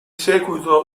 seguito